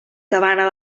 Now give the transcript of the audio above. cabana